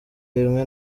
rimwe